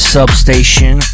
Substation